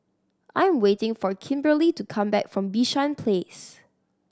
I am waiting for Kimberli to come back from Bishan Place